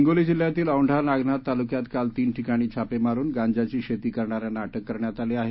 हिंगोली जिल्ह्यातील औंढा नागनाथ तालुक्यात काल तीन ठिकाणी छापे मारून गांजा ची शेती करणाऱ्यांना अटक करण्यात आली आहे